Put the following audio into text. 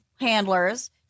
handlers